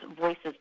voices